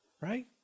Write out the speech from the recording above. right